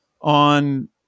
on